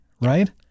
right